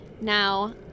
Now